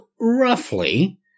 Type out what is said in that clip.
roughly